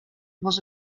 was